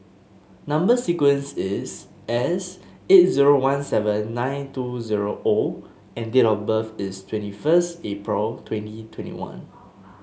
number sequence is S eight zero one seven nine two zero O and date of birth is twenty first April twenty twenty one